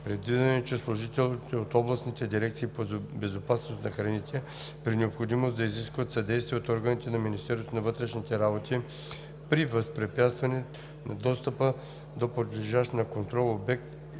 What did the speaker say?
Предвидено е служителите на Областните дирекции по безопасност на храните при необходимост да изискват съдействие от органите на Министерството на вътрешните работи при възпрепятстване на достъпа до подлежащ на контрол обект